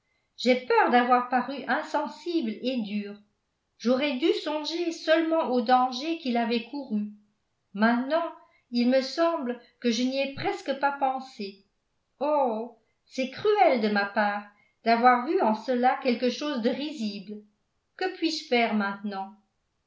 j'ai peur d'avoir paru insensible et dure j'aurais dû songer seulement au danger qu'il avait couru maintenant il me semble que je n'y ai presque pas pensé oh c'est cruel de ma part d'avoir vu en cela quelque chose de risible que puis-je faire maintenant